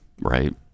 right